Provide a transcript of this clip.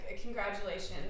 Congratulations